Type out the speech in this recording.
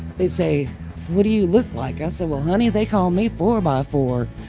they'd say what do you look like? i said well honey they call me four by four.